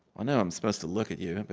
i know i'm supposed to look at you,